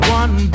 one